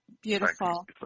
Beautiful